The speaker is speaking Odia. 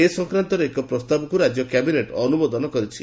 ଏ ସଂକ୍ରାନ୍ତ ଏକ ପ୍ରସ୍ତାବକୁ ରାଜ୍ୟ କ୍ୟାବିନେଟ୍ ଅନୁମୋଦନ କରିଛି